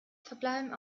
verbleiben